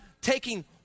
taking